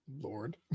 Lord